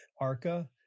arca